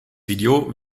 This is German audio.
video